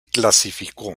clasificó